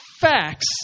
facts